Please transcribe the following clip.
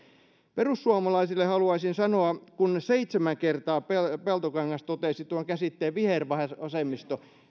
perussuomalaisille haluaisin sanoa kun seitsemän kertaa peltokangas totesi tuon käsitteen vihervasemmisto